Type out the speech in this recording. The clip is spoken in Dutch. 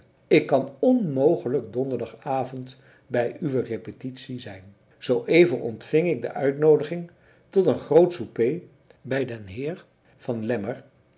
ik kan onmogelijk donderdagavond bij uwe repetitie zijn zoo even ontving ik de uitnoodiging tot een groot souper bij den heer van lemmer